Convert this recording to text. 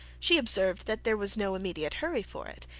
she observed that there was no immediate hurry for it,